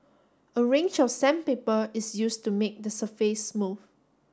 a range of sandpaper is used to make the surface smooth